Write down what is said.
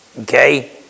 Okay